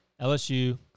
LSU